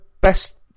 best